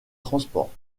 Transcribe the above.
transports